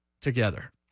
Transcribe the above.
together